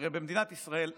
הרי במדינת ישראל אין,